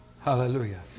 Hallelujah